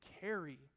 carry